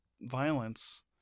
violence